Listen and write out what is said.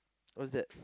what's that